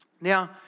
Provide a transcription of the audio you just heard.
Now